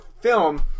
film